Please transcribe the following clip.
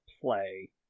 play